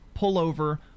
pullover